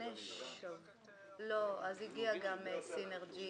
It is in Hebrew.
--- הגיע גם סינרג'י,